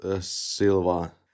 Silva